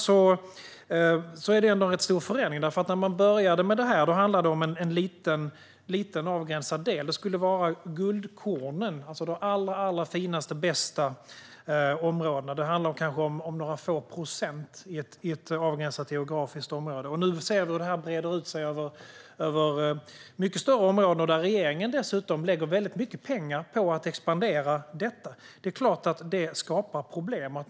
Det är ändå en rätt stor förändring. När man började med detta handlade det om en liten avgränsad del. Det skulle vara guldkornen, alltså de allra finaste och bästa områdena. Det handlade kanske om några få procent i ett avgränsat geografiskt område. Nu ser vi hur det breder ut sig över mycket större områden. Regeringen lägger dessutom väldigt mycket pengar på att expandera detta. Det är klart att det skapar problem.